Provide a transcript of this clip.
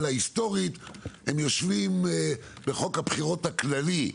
אלא היסטורית הם יושבים בחוק הבחירות הכללי,